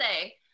say